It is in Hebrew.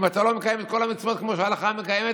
אם אתה לא מקיים את כל המצוות כמו שההלכה מצווה,